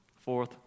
Fourth